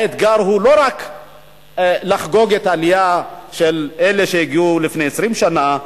האתגר הוא לא רק לחגוג את העלייה של אלה שהגיעו לפני 20 שנה,